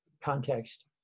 context